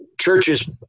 Churches